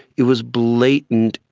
it was blatant,